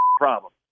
problem